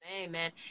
Amen